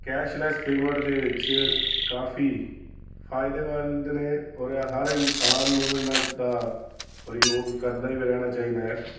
cashless payment ਦੇ ਵਿੱਚ ਕਾਫ਼ੀ ਫ਼ਾਇਦੇਮੰਦ ਨੇ ਔਰ ਹਰ ਇਨਸਾਨ ਨੂੰ ਇਨ੍ਹਾਂ ਦਾ ਪ੍ਰਯੋਗ ਕਰਦੇ ਵੀ ਰਹਿਣਾ ਚਾਹੀਦਾ ਹੈ